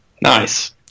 nice